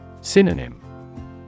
Synonym